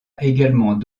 également